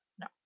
no